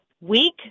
week